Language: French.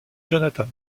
jonathan